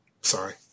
Sorry